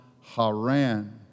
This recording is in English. Haran